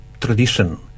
tradition